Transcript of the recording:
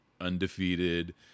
undefeated